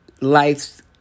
life's